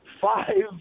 five